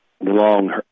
long